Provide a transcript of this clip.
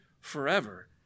forever